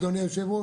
אדוני היושב-ראש,